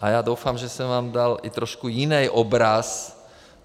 A doufám, že jsem vám dal i trošku jiný obraz